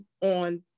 on